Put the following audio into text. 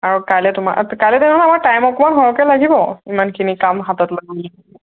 আৰু কাইলে তোমাৰ কাইলে তেনেহ'লে আমাৰ টাইম অকণমান সৰহকৈ লাগিব ইমানখিনি কাম হাতত